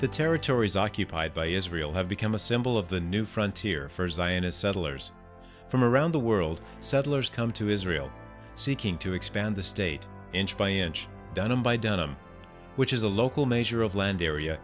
the territories occupied by israel have become a symbol of the new frontier for zionist settlers from around the world settlers come to israel seeking to expand the state inch by inch done by denham which is a local measure of land area